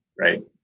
right